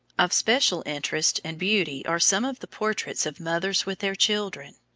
of special interest and beauty are some of the portraits of mothers with their children.